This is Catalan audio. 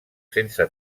sense